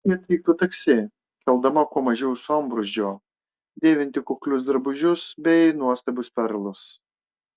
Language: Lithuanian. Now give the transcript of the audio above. ji atvyktų taksi keldama kuo mažiau sambrūzdžio dėvinti kuklius drabužius bei nuostabius perlus